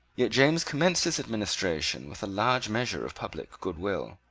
yet james commenced his administration with a large measure of public good will.